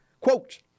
quote